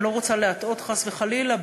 אני לא רוצה להטעות חס וחלילה,